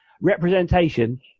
representation